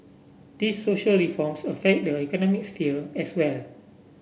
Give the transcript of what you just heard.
these social reforms affect the economic sphere as well